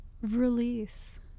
release